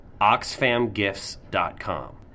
OxfamGifts.com